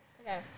Okay